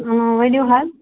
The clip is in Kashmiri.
ؤنِو حظ